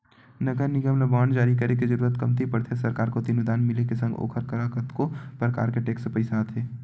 नगर निगम ल बांड जारी करे के जरुरत कमती पड़थे सरकार कोती अनुदान मिले के संग ओखर करा कतको परकार के टेक्स पइसा आथे